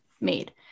made